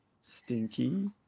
Stinky